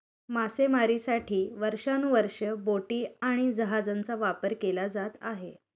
मासेमारीसाठी वर्षानुवर्षे बोटी आणि जहाजांचा वापर केला जात आहे